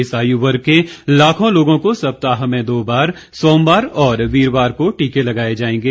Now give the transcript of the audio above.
इस आयु वर्ग के लाखों लोगों को सप्ताह में दो बार सोमवार और वीरवार को टीके लगाए जायेंगे